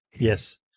Yes